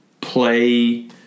play